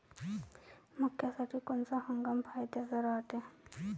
मक्क्यासाठी कोनचा हंगाम फायद्याचा रायते?